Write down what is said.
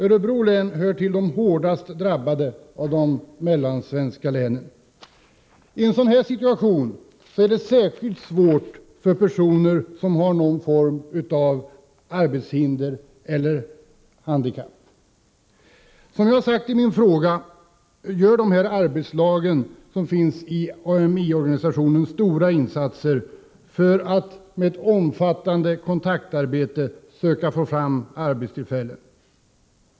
Örebro län hör till de hårdast drabbade av de mellansvenska länen. I en sådan situation är det särskilt svårt för personer som har någon form av arbetshinder eller handikapp. Som jag sagt i min fråga gör de arbetslag som finns i Amiorganisationen stora insatser för att genom ett omfattande kontaktarbete få fram arbetstillfällen.